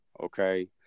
Okay